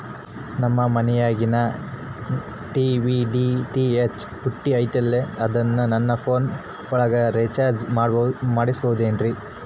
ನಮ್ಮ ಮನಿಯಾಗಿನ TV DTH ಪುಟ್ಟಿ ಐತಲ್ರೇ ಅದನ್ನ ನನ್ನ ಪೋನ್ ಒಳಗ ರೇಚಾರ್ಜ ಮಾಡಸಿಬಹುದೇನ್ರಿ?